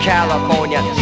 California